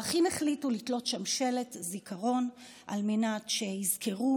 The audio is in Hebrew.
האחים החליטו לתלות שם שלט זיכרון על מנת שיזכרו